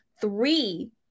three